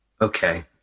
Okay